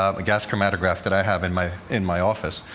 um a gas chromatograph that i have in my in my office,